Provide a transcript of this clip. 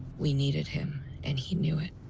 we needed him, and he knew it.